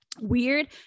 weird